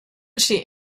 she